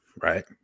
right